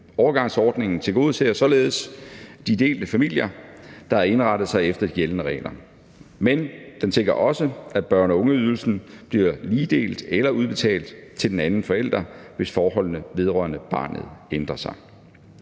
Overgangsordningen tilgodeser således de delte familier, der har indrettet sig efter de gældende regler. Men den sikrer også, at børne- og ungeydelsen bliver ligedelt eller udbetalt til den anden forælder, hvis forholdene vedrørende barnet ændrer sig.